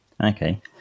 Okay